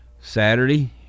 Saturday